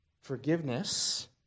forgiveness